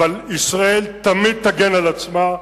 אבל ישראל תמיד תגן על עצמה,